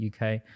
UK